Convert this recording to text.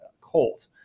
Colt